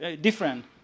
different